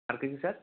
আর কিছু স্যার